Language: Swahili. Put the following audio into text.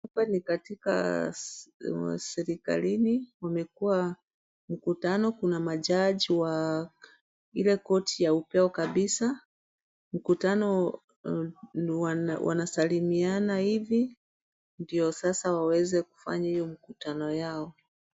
Hapa ni katika serikalini amekuwa mkutano, kuna majaji wa ile koti ya upeo kabisa. Mkutano wanasalimiana hivi ndio sasa waweze kufanya iyo mkutano yao.